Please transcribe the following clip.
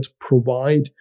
provide